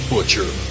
Butcher